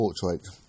portrait